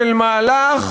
של מהלך